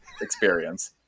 experience